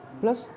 plus